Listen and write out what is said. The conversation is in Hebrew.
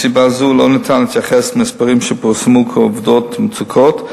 מסיבה זו לא ניתן להתייחס למספרים שפורסמו כעובדות מוצקות,